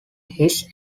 his